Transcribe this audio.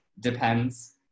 depends